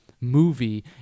movie